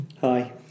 Hi